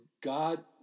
God